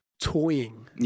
toying